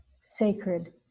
sacred